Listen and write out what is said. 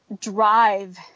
drive